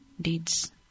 deeds